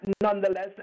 nonetheless